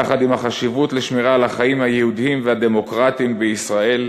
יחד עם החשיבות של השמירה על החיים היהודיים והדמוקרטיים בישראל,